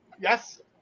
yes